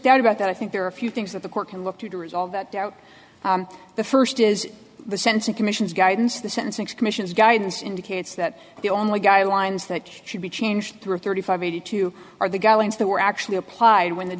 doubt about that i think there are a few things that the court can look to to resolve that doubt the first is the sense in commissions guidance the sensex commissions guidance indicates that the only guidelines that should be changed through thirty five eighty two are the guidelines that were actually applied when the